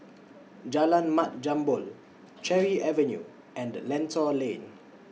Jalan Mat Jambol Cherry Avenue and Lentor Lane